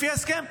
לפי ההסכם?